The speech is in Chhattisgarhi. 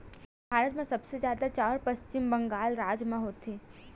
भारत म सबले जादा चाँउर पस्चिम बंगाल राज म होथे